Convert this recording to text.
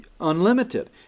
unlimited